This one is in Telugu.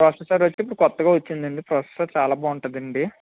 ప్రాసెసర్ వచ్చి ఇప్పుడు కొత్తగా వచ్చిందండి ప్రాసెసర్ చాలా బాగుంటుందండి